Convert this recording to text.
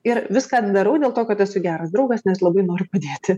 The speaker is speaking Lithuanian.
ir viską darau dėl to kad esu geras draugas nes labai noriu padėti